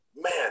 man